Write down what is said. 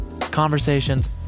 conversations